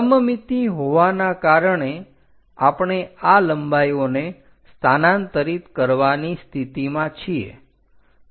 સમમિતિ હોવાના કારણે આપણે આ લંબાઈઓને સ્થાનાંતરિત કરવાની સ્થિતિમાં છીએ